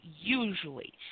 usually